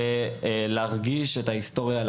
לחוות ולהרגיש את ההיסטוריה,